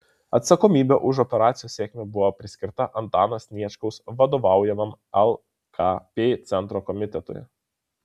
atsakomybė už operacijos sėkmę buvo priskirta antano sniečkaus vadovaujamam lkp centro komitetui